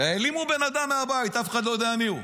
העלימו בן אדם מהבית, אף אחד לא יודע מי הוא.